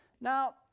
Now